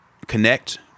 connect